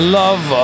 love